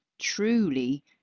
truly